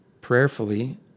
prayerfully